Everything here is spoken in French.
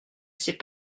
sais